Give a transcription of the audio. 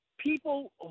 people